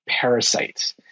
parasites